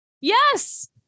Yes